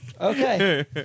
okay